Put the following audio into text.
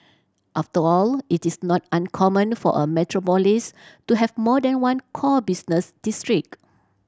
after all it is not uncommon for a metropolis to have more than one core business district